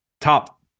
top